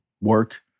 work